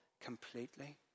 completely